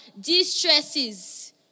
distresses